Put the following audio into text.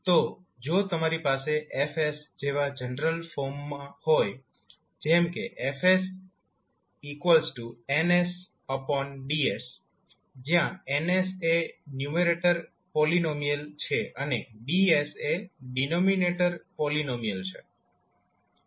તો જો તમારી પાસે F જેવા જનરલ ફોર્મ માં હોય જેમ કે FND જ્યાં N એ ન્યૂમેરેટર પોલીનોમિયલ છે અને D એ ડિનોમિનેટર પોલીનોમિયલ છે